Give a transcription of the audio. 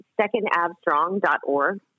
secondabstrong.org